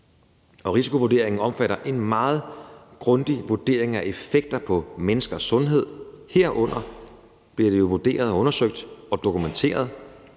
Risikovurderingen omfatter en meget grundig vurdering af effekter på menneskers sundhed. Herunder bliver det jo bl.a. vurderet, undersøgt og dokumenteret,